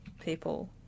people